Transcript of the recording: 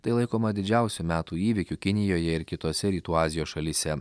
tai laikoma didžiausiu metų įvykiu kinijoje ir kitose rytų azijos šalyse